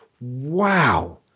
wow